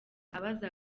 abaza